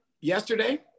yesterday